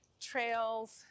trails